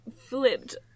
flipped